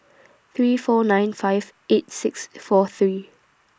three four nine five eight six four three